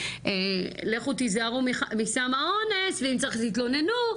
לכו תזהרו מסם האונס ואם צריך תתלוננו,